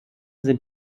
sind